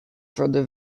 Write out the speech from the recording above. further